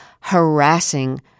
harassing